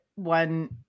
One